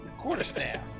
Quarterstaff